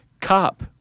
cop